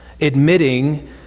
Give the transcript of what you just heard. admitting